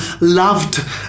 loved